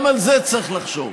גם על זה צריך לחשוב.